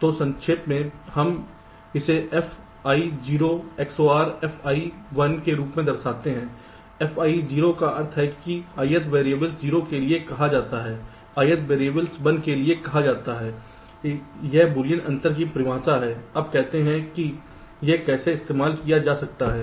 तो संक्षेप में हम इसे Fi0 XOR Fi1 के रूप में दर्शाते हैं Fi0 का अर्थ है कि i th वेरिएबल 0 के लिए कहा जाता है i th वेरिएबल 1 के लिए कहा जाता है यह बूलियन अंतर की परिभाषा है अब कहते हैं कि यह कैसे इस्तेमाल किया जा सकता है